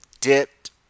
dipped